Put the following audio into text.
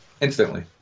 instantly